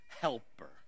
helper